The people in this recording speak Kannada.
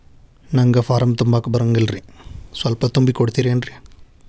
ನಂಗ ಫಾರಂ ತುಂಬಾಕ ಬರಂಗಿಲ್ರಿ ಸ್ವಲ್ಪ ತುಂಬಿ ಕೊಡ್ತಿರೇನ್ರಿ?